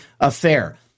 affair